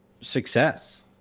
success